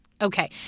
Okay